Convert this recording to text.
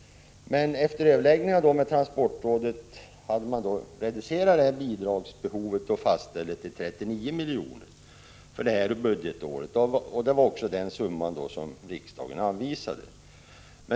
Men efter överläggningar med transportrådet hade bidragsbehovet reducerats och fastställts till 39 milj.kr. för det här budgetåret. Det var också den summa som riksdagen anvisade.